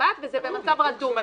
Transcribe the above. בשישי-שבת וזה במצב רדום.